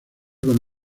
con